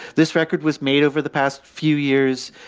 this record was made over the past few years,